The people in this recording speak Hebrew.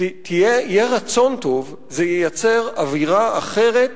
יהיה רצון טוב, זה ייצר אווירה אחרת